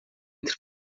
entre